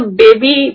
baby